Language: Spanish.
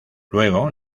luego